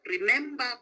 remember